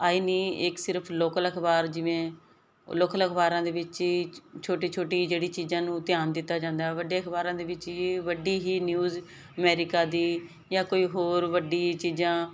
ਆਈ ਨੀ ਇਕ ਸਿਰਫ ਲੋਕਲ ਅਖਬਾਰ ਜਿਵੇਂ ਲੋਕਲ ਅਖਬਾਰਾਂ ਦੇ ਵਿੱਚ ਹੀ ਛੋਟੀ ਛੋਟੀ ਜਿਹੜੀ ਚੀਜ਼ਾਂ ਨੂੰ ਧਿਆਨ ਦਿੱਤਾ ਜਾਂਦਾ ਵੱਡੇ ਅਖਬਾਰਾਂ ਦੇ ਵਿੱਚ ਇਹ ਵੱਡੀ ਹੀ ਨਿਊਜ਼ ਅਮਰੀਕਾ ਦੀ ਜਾਂ ਕੋਈ ਹੋਰ ਵੱਡੀ ਚੀਜ਼ਾਂ